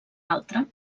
altre